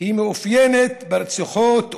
מתאפיינת ברציחות,